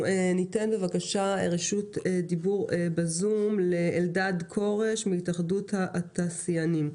ניתן רשות דיבור בזום לאלדד כורש שמייצג את התאחדות התעשיינים.